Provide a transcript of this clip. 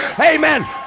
amen